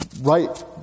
right